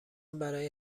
برای